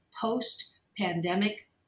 Post-Pandemic